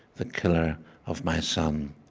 the killer of my son.